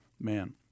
man